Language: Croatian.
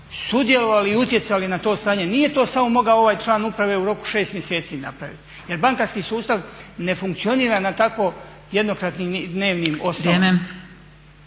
sudjelovali i utjecali na to stanje, nije to samo mogao ovaj član uprave u roku 6 mjeseci napraviti jer bankarski sustav ne funkcionira na tako jednokratnim i dnevnim osnovama.